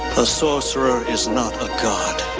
a sorcerer is not a god.